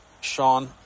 Sean